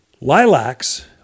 Lilacs